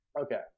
okay